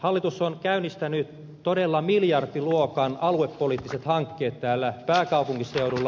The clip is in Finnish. hallitus on käynnistänyt todella miljardiluokan aluepoliittiset hankkeet täällä pääkaupunkiseudulla